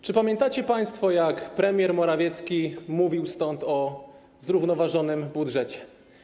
Czy pamiętacie państwo, jak premier Morawiecki mówił stąd o zrównoważonym budżecie?